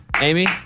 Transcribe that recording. Amy